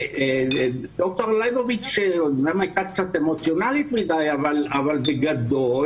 דוקטור ליבוביץ שאמנם הייתה קצת אמוציונאלית מדי אבל בגדול